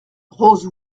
rose